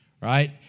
right